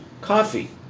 coffee